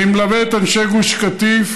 אני מלווה את אנשי גוש קטיף